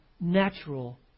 natural